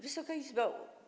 Wysoka Izbo!